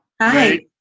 Hi